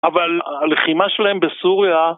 אבל הלחימה שלהם בסוריה...